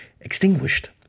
extinguished